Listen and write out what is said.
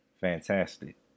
fantastic